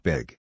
Big